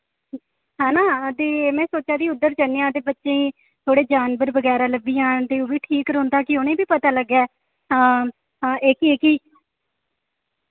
हैना ते मैं सोच्चा दी उद्धर जन्नेआं ते बच्चें थोह्ड़े ह्जानबर बगैरा लब्भी जाह्न ते ओह् बी ठीक रौह्नदा कि उ'ने बी पता लग्गै हां हां एह्की एह्की